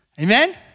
Amen